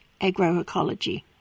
agroecology